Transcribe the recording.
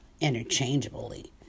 interchangeably